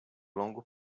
longo